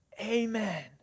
Amen